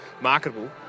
marketable